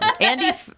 Andy